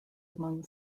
among